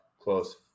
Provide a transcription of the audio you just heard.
close